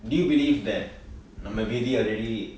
do you believe that நம்ம விதி:namma vithi already